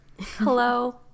hello